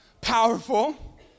powerful